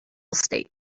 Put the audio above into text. state